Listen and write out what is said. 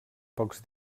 pocs